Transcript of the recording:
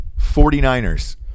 49ers